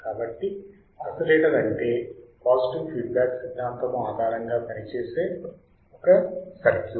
కాబట్టి ఆసిలేటర్ అంటే positive feedback సిద్ధాంతము ఆధారముగా పనిచేసే ఒక సర్క్యూట్